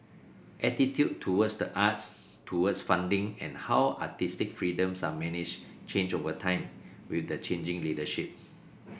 attitudes towards the arts towards funding and how artistic freedoms are managed change over time with the changing leadership